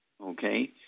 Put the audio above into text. Okay